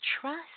trust